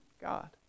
God